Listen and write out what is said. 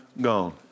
gone